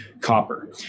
copper